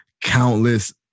countless